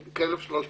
כ-1,350.